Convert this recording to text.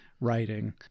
writing